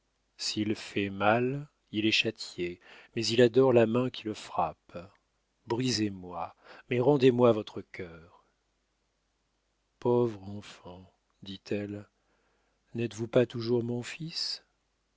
s'il fait mal il est châtié mais il adore la main qui le frappe brisez moi mais rendez-moi votre cœur pauvre enfant dit-elle n'êtes-vous pas toujours mon fils